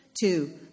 Two